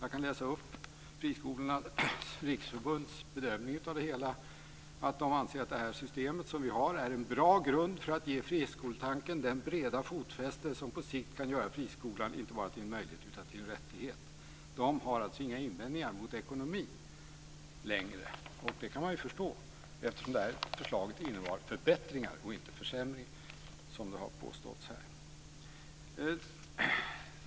Jag kan läsa upp hur man från Friskolornas riksförbund bedömer det hela: Det system som vi har är en bra grund för att ge friskoletanken det breda fotfäste som på sikt kan göra friskolan inte bara till en möjlighet utan till en rättighet. Man har alltså inga invändningar längre mot ekonomin. Det kan man förstå eftersom det här förslaget innebar förbättringar - inte försämringar, som det har påståtts här.